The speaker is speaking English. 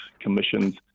commissions